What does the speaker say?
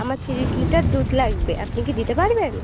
আমার তিরিশ লিটার দুধ লাগবে আপনি কি দিতে পারবেন